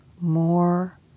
more